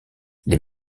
les